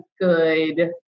good